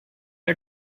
are